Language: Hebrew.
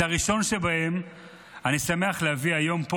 את הראשון שבהם אני שמח להביא כאן היום.